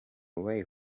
away